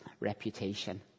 reputation